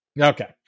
Okay